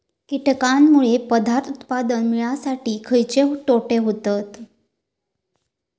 कीटकांनमुळे पदार्थ उत्पादन मिळासाठी खयचे तोटे होतत?